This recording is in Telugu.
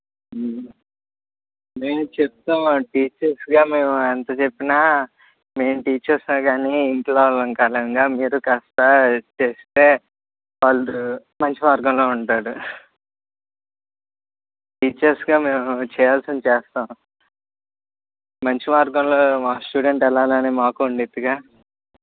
మేము చెప్తాం టీచర్స్గా మేము ఎంత చెప్పిన మేము టీచర్స్ కానీ ఇంట్లో వాళ్ళం కాలేము మీరు కాస్త చెప్తే వాళ్ళు మంచి మార్గంలో ఉంటాడు టీచర్స్గా మేము చేయాల్సింది చేస్తాం మంచి మార్గంలో మా స్టూడెంట్ వెళ్ళాలని మాకు ఉండిద్ది